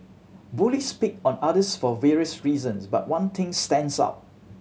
bullies pick on others for various reasons but one thing stands out